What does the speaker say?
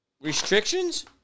restrictions